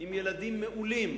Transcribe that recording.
עם ילדים מעולים,